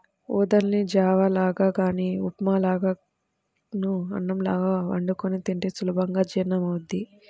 ఊదల్ని జావ లాగా గానీ ఉప్మా లాగానో అన్నంలాగో వండుకొని తింటే సులభంగా జీర్ణమవ్వుద్ది